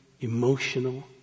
emotional